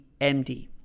MD